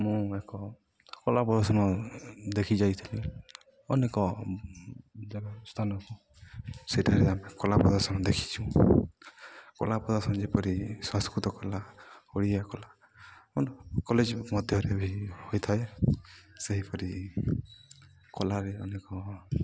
ମୁଁ ଏକ କଲା ପ୍ରଦର୍ଶନ ଦେଖି ଯାଇଥିଲି ଅନେକ ଜାଗା ସ୍ଥାନକୁ ସେଠାରେ ଆମେ କଲା ପ୍ରଦର୍ଶନ ଦେଖିଛୁ କଳା ପ୍ରଦର୍ଶନ ଯେପରି ସଂସ୍କୃତ କଲା ଓଡ଼ିଆ କଲା କଲେଜ୍ ମଧ୍ୟରେ ବି ହୋଇଥାଏ ସେହିପରି କଳାରେ ଅନେକ